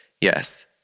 Yes